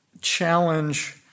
challenge –